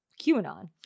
QAnon